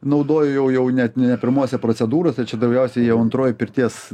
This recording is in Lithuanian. naudoju jau jau net ne pirmose procedūrose čia daugiausia jau antroje pirties